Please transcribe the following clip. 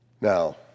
Now